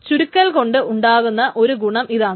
ചുരുക്കൽ കൊണ്ട് ഉണ്ടാകുന്ന ഒരു ഗുണം ഇതാണ്